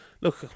look